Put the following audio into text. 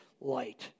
light